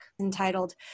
entitled